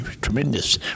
tremendous